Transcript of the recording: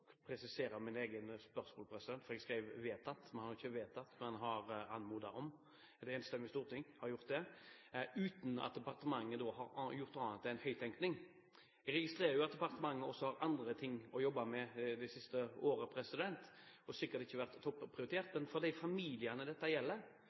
presisere mitt eget spørsmål, for jeg skrev «vedtatt», et enstemmig storting har ikke «vedtatt», men har «anmodet om» – uten at departementet har gjort annet enn å tenke høyt. Jeg registrerer jo at departementet også har hatt andre ting å jobbe med det siste året, så dette har sikkert ikke hatt topp